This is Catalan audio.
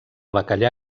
bacallà